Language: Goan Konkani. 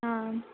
आं